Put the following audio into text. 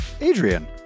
Adrian